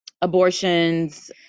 abortions